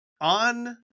on